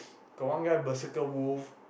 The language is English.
got one guy berserker wolf